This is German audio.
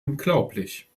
unglaublich